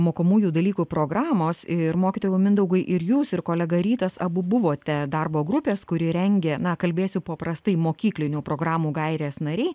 mokomųjų dalykų programos ir mokytojau mindaugui ir jūs ir kolega rytas abu buvote darbo grupės kuri rengė na kalbėsiu paprastai mokyklinių programų gaires nariai